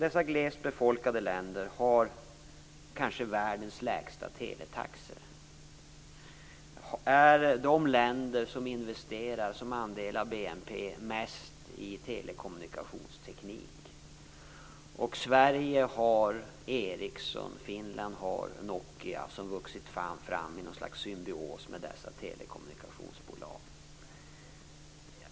Dessa glest befolkade länder har kanske världens lägsta teletaxor. De är de länder som investerar som andel av BNP mest i telekommunikationsteknik. Sverige har Ericsson, och Finland har Nokia, som vuxit fram i något slags symbios med dessa telekommunikationsbolag.